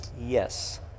Yes